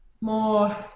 more